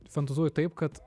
fantazuoju taip kad